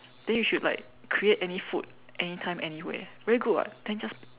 then you should like create any food anytime anywhere very good [what] then just